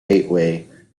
gateway